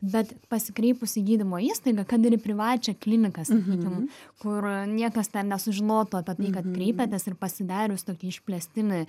bet pasikreipus į gydymo įstaigą kad ir į privačią kliniką sakykim kur niekas ten nesužinotų apie tai kad kreipėtės ir pasidarius tokį išplėstinį